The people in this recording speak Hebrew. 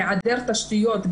היעדר תשתיות,